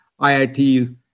IIT